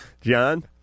John